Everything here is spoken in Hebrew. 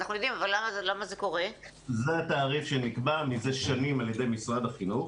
זה התעריף שנקבע מזה שנים על ידי משרד החינוך,